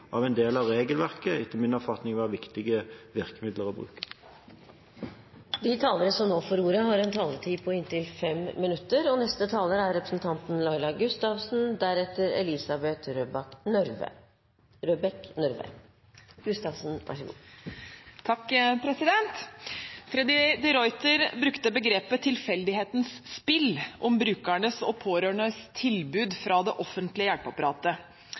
av en del av regelverket, etter min oppfatning være viktige virkemidler å bruke. Freddy de Ruiter brukte begrepet «tilfeldighetenes spill» om brukernes og pårørendes tilbud fra det offentlige hjelpeapparatet.